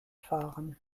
fahren